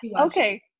okay